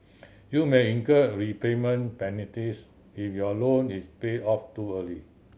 you may incur prepayment penalties if your loan is paid off too early